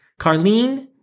Carlene